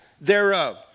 thereof